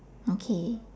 okay